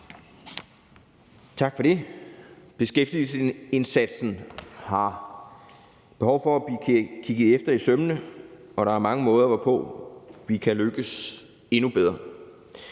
Tak for det. Beskæftigelsesindsatsen har behov for at blive kigget efter i sømmene, og der er mange måder, hvorpå vi kan lykkes endnu bedre.